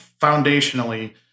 foundationally